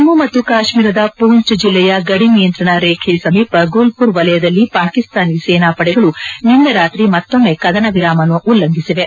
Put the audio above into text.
ಜಮ್ಮು ಮತ್ತು ಕಾಶ್ಟೀರದ ಪೂಂಚ್ ಜಿಲ್ಲೆಯ ಗದಿ ನಿಯಂತ್ರಣರೇಖೆ ಸಮೀಪ ಗುಲ್ಪುರ್ ವಲಯದಲ್ಲಿ ಪಾಕಿಸ್ತಾನಿ ಸೇನಾಪಡೆಗಳು ನಿನ್ನೆ ರಾತ್ರಿ ಮತ್ತೊಮ್ಮೆ ಕದನವಿರಾಮವನ್ನು ಉಲ್ಲಂಘಿಸಿವೆ